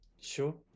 Sure